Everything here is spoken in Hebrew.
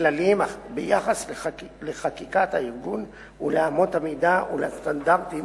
ביחס לחקיקת הארגון ולאמות המידה ולסטנדרטים